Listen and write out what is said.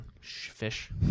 fish